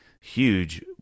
huge